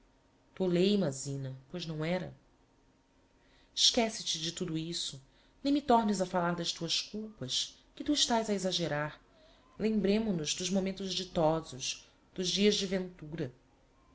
toleima zina pois não era esquece-te de tudo isso nem me tornes a falar das tuas culpas que tu estás a exaggerar lembrêmo nos dos momentos ditosos dos dias de ventura